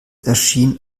erschien